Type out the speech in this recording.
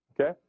okay